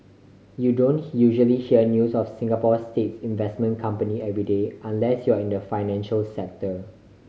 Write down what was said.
you don't usually hear news of Singapore's states investment company every day unless you're in the financial sector